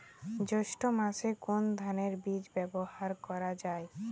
জৈষ্ঠ্য মাসে কোন ধানের বীজ ব্যবহার করা যায়?